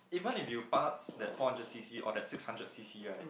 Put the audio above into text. even if you pass that four hundred C_C or that six hundred C_C right